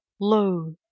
Lo